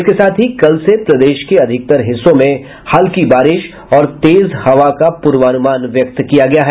इसके साथ ही कल से प्रदेश के अधिकतर हिस्सों में हल्की बारिश और तेज हवा का पूर्वानुमान व्यक्त किया गया है